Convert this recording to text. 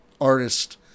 artist